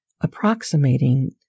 approximating